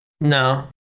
No